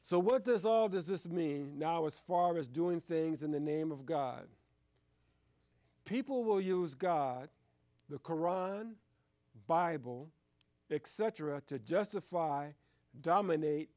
so what does all does this mean now as far as doing things in the name of god people will use god the koran bible to justify dominate